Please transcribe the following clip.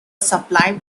supplied